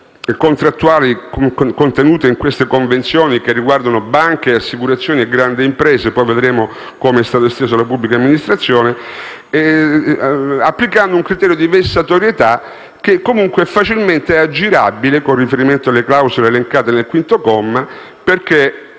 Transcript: contrattuali contenute in queste convenzioni, che riguardano banche, assicurazioni e grandi imprese (poi vedremo come è stato esteso alla pubblica amministrazione), applicando un criterio di vessatorietà che comunque è facilmente aggirabile, con riferimento alle clausole elencate nel quinto comma, perché